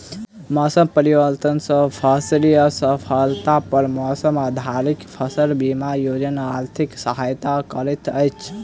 मौसम परिवर्तन सॅ फसिल असफलता पर मौसम आधारित फसल बीमा योजना आर्थिक सहायता करैत अछि